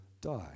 die